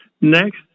next